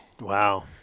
Wow